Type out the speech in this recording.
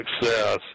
success